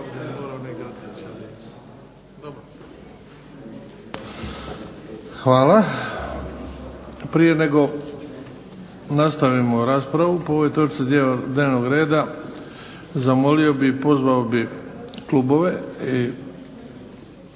Hvala. Prije nego nastavimo raspravu po ovoj točci dnevnog reda, zamolio bih i pozvao bih klubove i